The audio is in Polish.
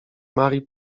marii